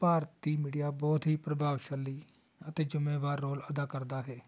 ਭਾਰਤੀ media ਬਹੁਤ ਹੀ ਪ੍ਰਭਾਵਸ਼ਾਲੀ ਅਤੇ ਜ਼ਿੰਮੇਵਾਰ ਰੋਲ ਅਦਾ ਕਰਦਾ ਹੈ